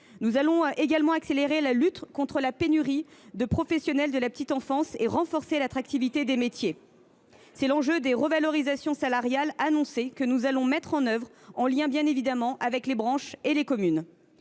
Nous allons également accélérer la lutte contre la pénurie de professionnels de la petite enfance et renforcer l’attractivité des métiers. Tel est l’enjeu des revalorisations salariales annoncées, que nous allons mettre en œuvre en lien avec les branches et les communes.